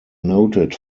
noted